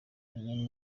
menye